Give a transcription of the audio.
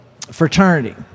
fraternity